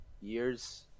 years